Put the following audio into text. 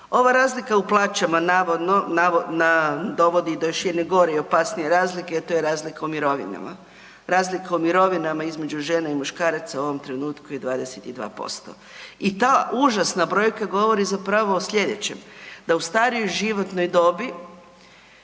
Ova razlika u plaćama, navodno dovodi do još jedne gore i opasnije razlike, a to je razlika u mirovinama. Razlika u mirovinama između žene i muškaraca u ovom trenutku je 22%. I ta užasna brojka govori zapravo o slijedećem. Da u starijoj životnoj dobi